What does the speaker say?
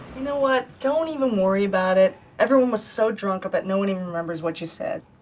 know what, don't even worry about it, everyone was so drunk, but no one even remembers what you said.